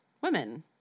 women